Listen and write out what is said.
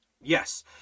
Yes